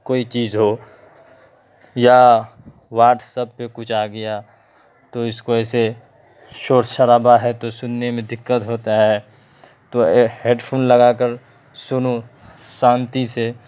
کوئی چیز ہو یا واٹس ایپ پہ کچھ آ گیا تو اس کو ایسے شور شرابا ہے تو سننے میں دِقّت ہوتا ہے تو ہیڈ فون لگا کر سنو شانتی سے